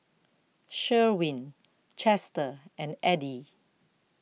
Sherwin Chester and Eddie